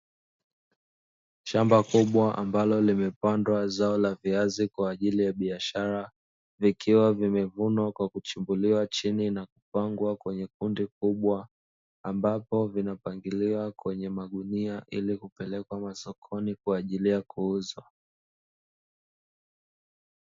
Shamba kubwa ambalo limepandwa zao la viazi kwa ajili ya biashara vikiwa vimevunwa kwa kuchimbuliwa chini na kupangwa kwenye kundi kubwa ambapo vinapangiliwa kwenye magunia ili kupelekwa masokoni kwa ajili ya kuuzwa.